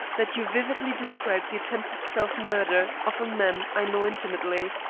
that you vividly described the attempted self-murder of a man i know intimately.